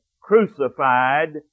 crucified